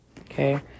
Okay